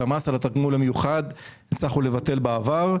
את המס על התגמול המיוחד הצלחנו לבטל בעבר,